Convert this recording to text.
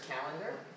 calendar